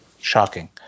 Shocking